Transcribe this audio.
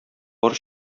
бар